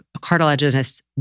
cartilaginous